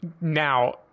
Now